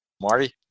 Marty